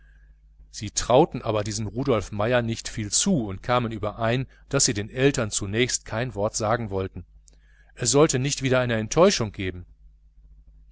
sie trauten aber diesem rudolf meier nicht viel zu und kamen überein daß sie den eltern zunächst kein wort sagen wollten es sollte nicht wieder eine enttäuschung geben